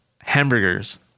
hamburgers